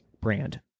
Brand